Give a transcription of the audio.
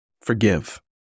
forgive